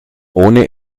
ohne